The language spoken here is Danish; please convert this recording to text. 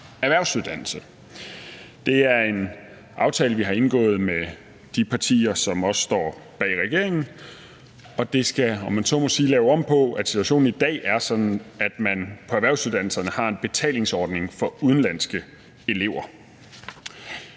erhvervsuddannelse. Det er en aftale, vi har indgået med de partier, som også står bag regeringen, og det skal, om man så må sige, lave om på, at situationen i dag er sådan, at man på erhvervsuddannelserne har en betalingsordning for udenlandske elever.